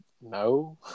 No